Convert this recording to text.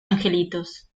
angelitos